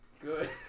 good